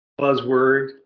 buzzword